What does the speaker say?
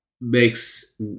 makes